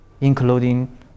including